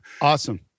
awesome